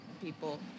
people